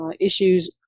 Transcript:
issues